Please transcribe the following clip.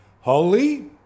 holy